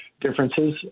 differences